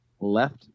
left